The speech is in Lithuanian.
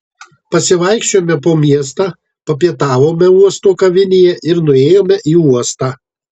pasivaikščiojome po miestą papietavome uosto kavinėje ir nuėjome į uostą